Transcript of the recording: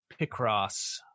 Picross